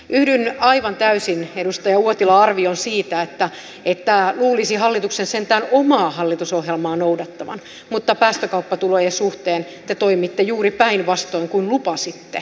yhdyn aivan täysin edustaja uotilan arvioon siitä että luulisi hallituksen sentään omaa hallitusohjelmaa noudattavan mutta päästökauppatulojen suhteen te toimitte juuri päinvastoin kuin lupasitte